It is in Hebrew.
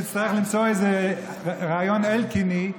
תצטרך למצוא איזה רעיון אלקיני,